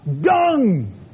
dung